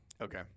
Okay